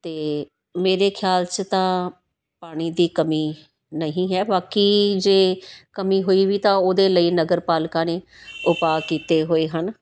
ਅਤੇ ਮੇਰੇ ਖਿਆਲ 'ਚ ਤਾਂ ਪਾਣੀ ਦੀ ਕਮੀ ਨਹੀਂ ਹੈ ਬਾਕੀ ਜੇ ਕਮੀ ਹੋਈ ਵੀ ਤਾਂ ਉਹਦੇ ਲਈ ਨਗਰ ਪਾਲਿਕਾ ਨੇ ਉਪਾਅ ਕੀਤੇ ਹੋਏ ਹਨ